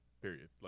Period